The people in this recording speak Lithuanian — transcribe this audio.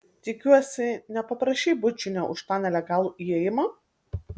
tikiuosi nepaprašei bučinio už tą nelegalų įėjimą